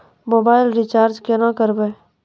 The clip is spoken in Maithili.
मोबाइल रिचार्ज केना करबै?